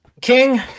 King